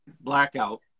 Blackout